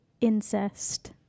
incest